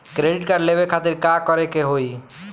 Credit card लेवे खातिर का करे के होई?